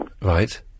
Right